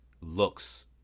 looks